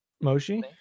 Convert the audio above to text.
Moshi